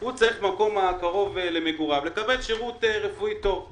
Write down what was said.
הוא צריך לקבל שירות רפואי טוב במקום הקרוב למגוריו.